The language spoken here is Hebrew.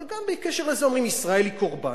אבל גם בקשר לזה אומרים שישראל היא קורבן.